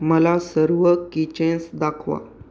मला सर्व key chains दाखवा